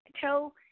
tell